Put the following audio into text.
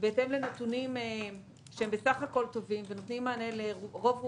בהתאם לנתונים שהם בסך הכול טובים ונותנים מענה לרוב העסקים,